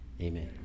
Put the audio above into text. Amen